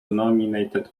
nominated